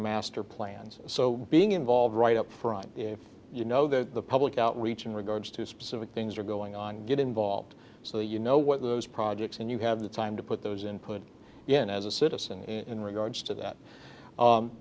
master plans so being involved right up front if you know that the public outreach in regards to specific things are going on get involved so that you know what those projects and you have the time to put those in put in as a citizen in regards to that